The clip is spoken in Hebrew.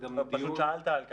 פשוט שאלת על כך.